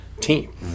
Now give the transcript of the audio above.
team